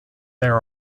there